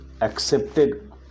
accepted